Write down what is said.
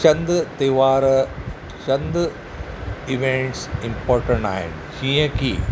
चंद त्योहार चंद events important आहिनि जीअं की